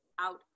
out